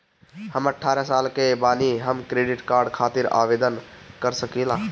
हम अठारह साल के बानी हम क्रेडिट कार्ड खातिर आवेदन कर सकीला?